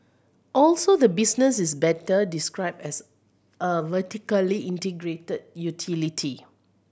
also the business is better described as a vertically integrated utility